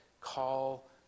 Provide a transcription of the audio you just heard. call